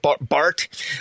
Bart